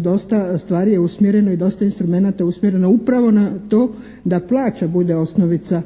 dosta stvari usmjereno i dosta instrumenata usmjereno upravo na to da plaća bude osnovica